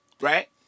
Right